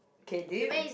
okay do you